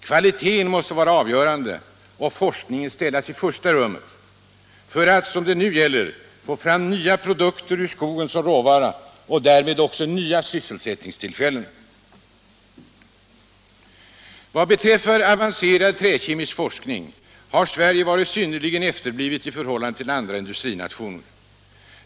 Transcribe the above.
Kvaliteten måste vara avgörande och forskningen ställas i första rummet för att som det nu gäller få fram nya produkter ur skogen som råvara och därmed också nya sysselsättningstillfällen. Vad beträffar avancerad träkemisk forskning har Sverige varit synnerligen efterblivet i förhållande till andra industrinationer.